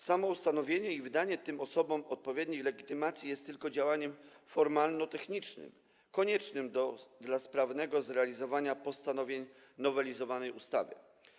Samo ustanowienie i wydanie tym osobom odpowiednich legitymacji jest tylko działaniem formalno-technicznym koniecznym dla sprawnego zrealizowania postanowień nowelizowanej ustawy.